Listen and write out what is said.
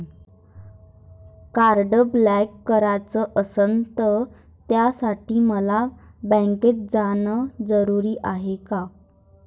Card block कराच असनं त त्यासाठी मले बँकेत जानं जरुरी हाय का?